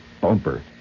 bumper